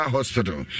Hospital